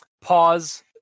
Pause